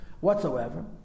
whatsoever